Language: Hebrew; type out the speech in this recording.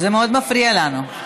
זה מאוד מפריע לנו.